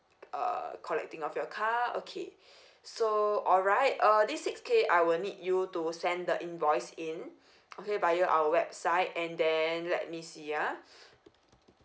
uh collecting of your car okay so alright uh this six K I will need you to send the invoice in okay via our website and then let me see ah